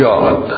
God